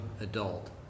adult